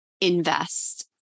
invest